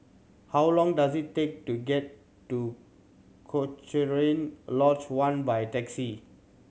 how long does it take to get to Cochrane Lodge One by taxi